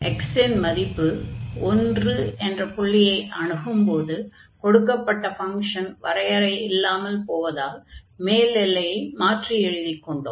x இன் மதிப்பு 1 என்ற புள்ளியை அணுகும் போது கொடுக்கப்பட்ட ஃபங்ஷன் வரையறை இல்லாமல் போவதால் மேல் எல்லையை மாற்றி எழுதிக் கொண்டோம்